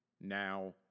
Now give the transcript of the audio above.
Now